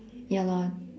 ya lor